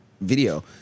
video